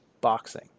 boxing